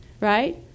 Right